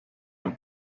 ein